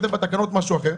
ובתקנות כתובה הצעה אחרת,